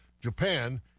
Japan